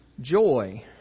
joy